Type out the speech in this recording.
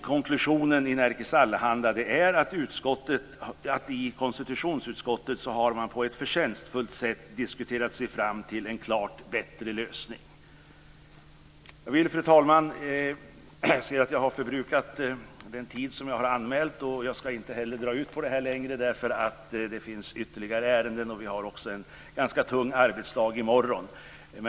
Konklusionen i Nerikes Allehanda är att man i konstitutionsutskottet på ett förtjänstfullt sätt har diskuterat sig fram till en klart bättre lösning. Fru talman! Jag ser att jag har förbrukat den tid som jag har anmält. Jag ska inte dra ut på det här längre, därför att det finns ytterligare ärenden och vi har en ganska tung arbetsdag i morgon.